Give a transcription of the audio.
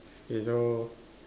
okay so